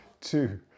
two